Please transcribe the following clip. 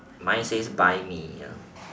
mine says buy me ya